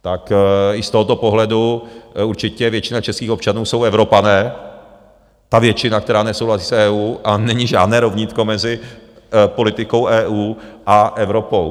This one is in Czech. Tak i z tohoto pohledu určitě většina českých občanů jsou Evropané, ta většina, která nesouhlasí s EU, a není žádné rovnítko mezi politikou EU a Evropou.